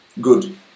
Good